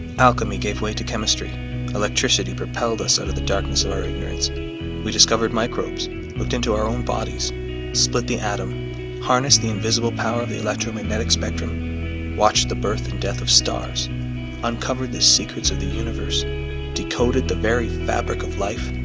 alchemy gave way to chemistry electricity propelled us out of the darkness of our ignorance we discovered microbes looked into our own bodies split the atom harness the invisible power of the electromagnetic spectrum watched the birth and death of stars uncovered the secrets of the universe decoded the very fabric of life